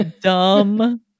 dumb